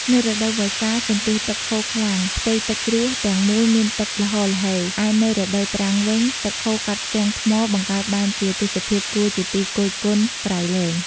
នៅរដូវវស្សាសន្ទុះទឹកហូរខ្លាំង ផ្ទៃទឹកជ្រោះទាំងមូលមានទឹកល្ហរល្ហេវ ឯនៅរដូវប្រាំងវិញ ទឹកហូរកាត់ផ្ទាំងថ្មបង្កើតបានជាទេសភាពគួរជាទីគយគន្ធក្រៃលែង។